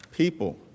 people